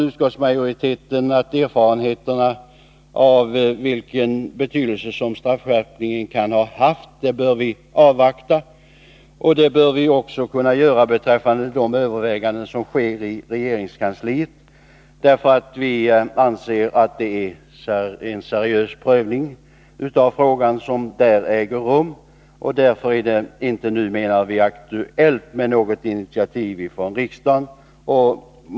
Utskottsmajoriteten anser att erfarenheterna av vilken betydelse straffskärpningen kan ha haft bör avvaktas. Det bör vi också kunna göra beträffande de överväganden som sker i regeringskansliet, eftersom vi anser att det är en seriös prövning av frågan som där äger rum. Därför är det inte nu aktuellt med något initiativ från riksdagen.